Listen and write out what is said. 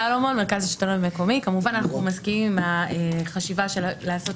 כמובן אנחנו מסכימים עם החשיבה לעשות